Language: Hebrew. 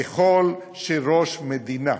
ככל שראש מדינה,